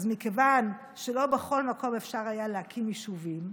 מכיוון שלא בכל מקום אפשר היה להקים יישובים,